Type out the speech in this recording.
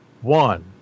one